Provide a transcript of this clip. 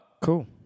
Cool